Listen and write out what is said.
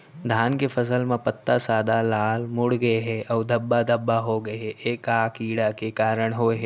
धान के फसल म पत्ता सादा, लाल, मुड़ गे हे अऊ धब्बा धब्बा होगे हे, ए का कीड़ा के कारण होय हे?